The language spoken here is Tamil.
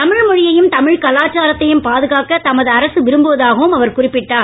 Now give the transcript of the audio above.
தமிழ் மொழியையும்இ தமிழ் கலாச்சாரத்தையும் பாதுகாக்க தமது அரசு விரும்புவதாகவும் அவர் குறிப்பிட்டார்